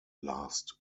last